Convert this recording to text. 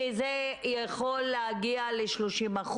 שזה יכול להגיע ל-30%,